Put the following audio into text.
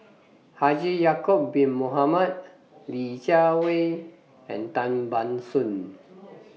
Haji Ya'Acob Bin Mohamed Li Jiawei and Tan Ban Soon